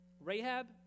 Rahab